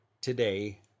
today